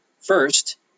First